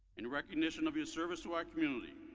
in recognition of your service to our community,